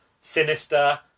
Sinister